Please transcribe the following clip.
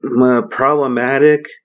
problematic